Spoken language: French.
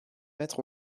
mettre